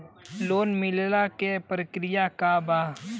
Loan मिलेला के प्रक्रिया का बा?